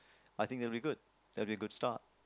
I think that will be good that will be a good start